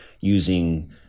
using